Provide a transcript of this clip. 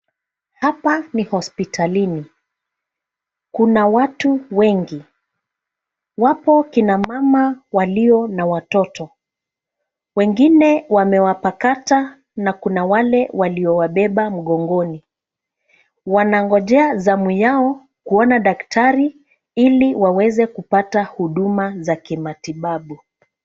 Hapa ni hospitalini. Kuna watu wengi. Wapo kina mama walio na watoto. Wengine wamewapakata na kuna wale waliowabeba mgongoni. Wanangojea zamu yao kuona daktari ili waweze kupata huduma za kimatibabu.